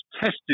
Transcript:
tested